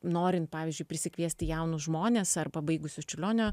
norint pavyzdžiui prisikviesti jaunus žmones ar pabaigusius čiurlionio